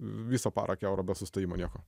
visą parą kiaurą be sustojimo nieko